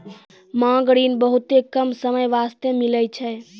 मांग ऋण बहुते कम समय बास्ते मिलै छै